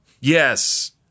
Yes